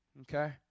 okay